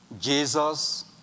Jesus